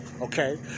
okay